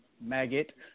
Maggot